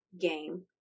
game